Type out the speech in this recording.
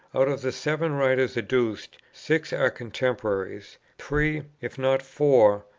out of the seven writers adduced, six are contemporaries three, if not four,